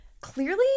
clearly